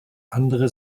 andere